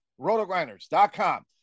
rotogrinders.com